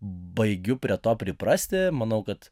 baigiu prie to priprasti manau kad